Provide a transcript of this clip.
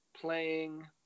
playing